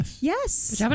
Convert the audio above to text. Yes